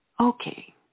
Okay